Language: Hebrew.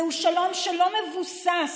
זהו שלום שלא מבוסס